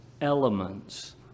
elements